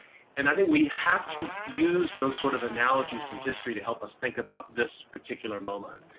and i think we have to use those sort of analogies from history to help us think about this particular moment,